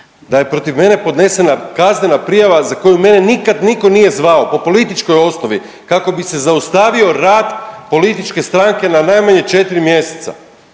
Da je protiv mene podnesena kaznena prijava za koju mene nikad niko nije zvao po političkoj osnovi kako bi se zaustavio rad političke stranke na najmanje četri mjeseca,